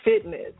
Fitness